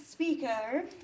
Speaker